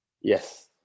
Yes